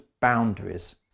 boundaries